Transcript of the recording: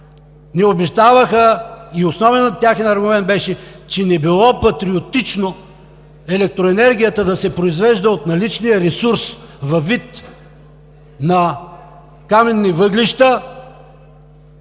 и обещаваха. Основен техен аргумент беше, че не било патриотично електроенергията да се произвежда от наличния ресурс във вид на каменни въглища